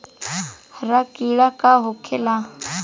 हरा कीड़ा का होखे ला?